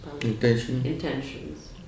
intentions